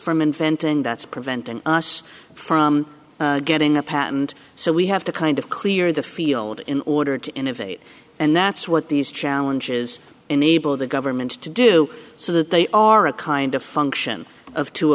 from inventing that's preventing us from getting a patent so we have to kind of clear the field in order to innovate and that's what these challenges enable the government to do so that they are a kind of function of